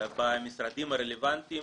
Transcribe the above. במשרדים הרלוונטיים,